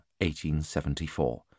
1874